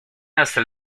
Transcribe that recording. hasta